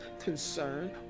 concern